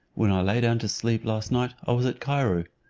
when i lay down to sleep last night i was at cairo.